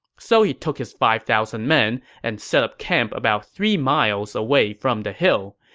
so he took his five thousand men and set up camp about three miles away from the hill.